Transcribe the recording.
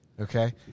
Okay